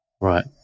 Right